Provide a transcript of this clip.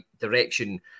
direction